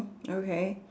okay